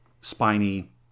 spiny